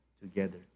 together